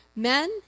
Men